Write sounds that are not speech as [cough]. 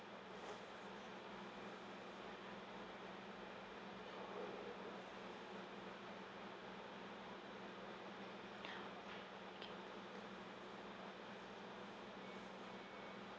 [breath] okay